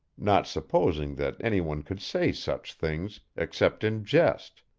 not supposing that any one could say such things except in jest,